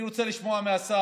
אני רוצה לשמוע מהשר